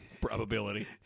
probability